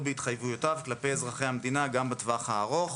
בהתחייבויותיו כלפי אזרחי המדינה גם בטווח הארוך.